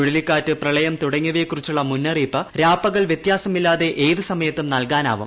ചുഴലിക്കാറ്റ് പ്രളയം തുടങ്ങിയവയെകുറിച്ചുള്ള മുന്നറിയിപ്പ് രാപ്പകൽ വ്യത്യാസമില്ലാതെ ഏത് സമയത്തും നൽകാനാവും